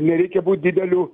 nereikia būt dideliu